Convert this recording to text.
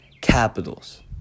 Capitals